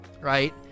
right